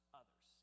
others